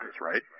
right